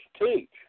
teach